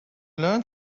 learn